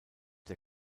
der